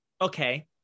okay